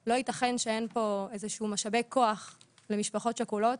שלא יתכן שאין כאן איזה שהם משאבי כוח למשפחות שכולות